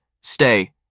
stay